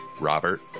Robert